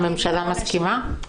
הממשלה מסכימה?